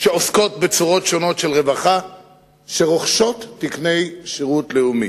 שעוסקות בצורות שונות של רווחה שרוכשות תקני שירות לאומי.